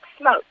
smoke